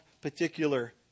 particular